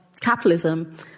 capitalism